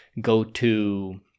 go-to